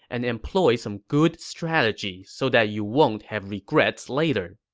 and employ some good strategy so that you won't have regrets later.